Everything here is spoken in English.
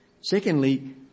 Secondly